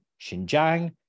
Xinjiang